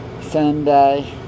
Sunday